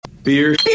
Beer